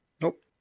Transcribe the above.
Nope